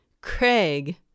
Craig